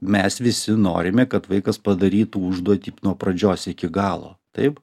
mes visi norime kad vaikas padarytų užduotį nuo pradžios iki galo taip